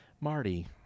Marty